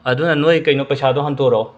ꯑꯗꯨꯅ ꯅꯣꯏ ꯀꯩꯅꯣ ꯄꯩꯁꯥꯗꯨ ꯍꯟꯇꯣꯔꯛꯑꯣ